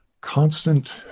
constant